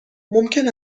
ممکن